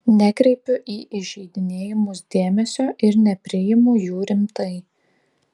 nekreipiu į įžeidinėjimus dėmesio ir nepriimu jų rimtai